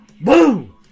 Boom